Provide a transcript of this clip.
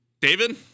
David